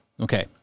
Okay